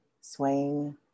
swaying